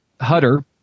Hutter